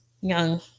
young